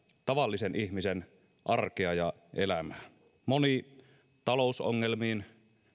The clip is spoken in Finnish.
tavallisen ihmisen arkea ja elämää moni talousongelmiin